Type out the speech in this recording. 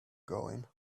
going